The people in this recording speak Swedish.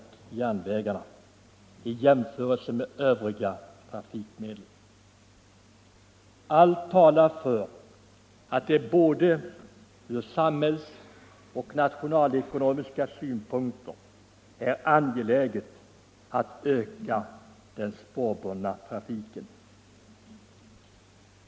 Allt talar för att det från såväl samhällssom nationalekonomisk synpunkt är angeläget att öka den spårbundna trafiken.